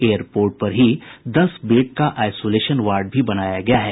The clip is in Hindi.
एयरपोर्ट पर ही दस बेड का आइसोलेशन वार्ड भी बनाया गया है